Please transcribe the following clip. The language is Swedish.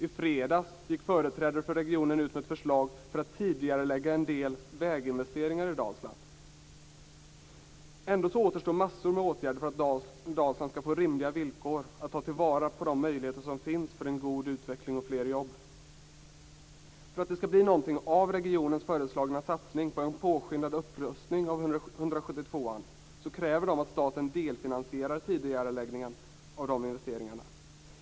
I fredags gick företrädare för regionen ut med ett förslag för att tidigarelägga en del väginvesteringar i Dalsland. Ändå återstår massor av åtgärder för att Dalsland skall få rimliga villkor att ta vara på de möjligheter som finns för en god utveckling och fler jobb. För att det skall bli någonting av regionens föreslagna satsning på en påskyndad upprustning av väg 172 kräver man att staten delfinansierar tidigareläggningen av investeringarna.